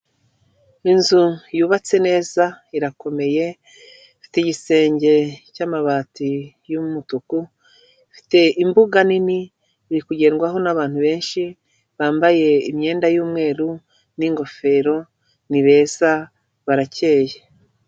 Inzu yubatse neza irakomeye ifite igisenge cyamabati y'umutuku ifite imbuga nini irikugendwaho n'abantu benshi bambaye imyenda y'umweru ningofero nibeza barakeye.